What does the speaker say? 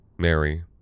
Mary